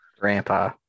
Grandpa